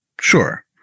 Sure